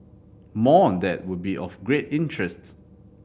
more on that would be of great interest